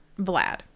Vlad